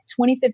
2015